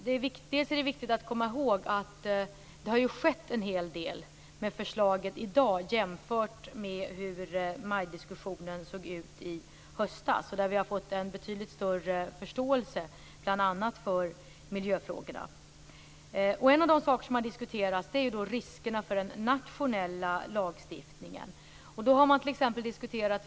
Det är viktigt att komma ihåg att det har skett en hel del med förslagen jämfört med hur MAI-diskussionen lät i höstas. Vi har fått en betydligt större förståelse, bl.a. för miljöfrågorna. En av de frågor som har diskuterats är riskerna för den nationella lagstiftningen.